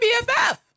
BFF